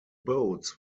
boats